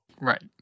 Right